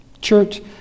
church